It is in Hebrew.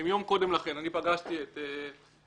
יום קודם לכן פגשתי את יחיאל.